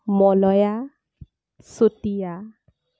Malaya Chutia